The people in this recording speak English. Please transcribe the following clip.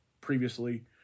previously